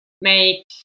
make